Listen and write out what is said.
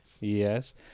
Yes